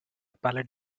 pallet